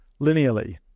linearly